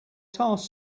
task